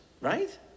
right